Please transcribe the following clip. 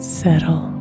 settle